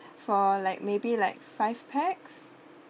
for like maybe like five pax